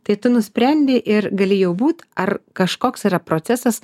tai tu nusprendi ir gali jau būt ar kažkoks yra procesas